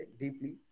deeply